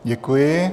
Děkuji.